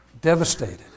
devastated